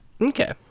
Okay